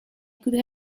could